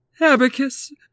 Abacus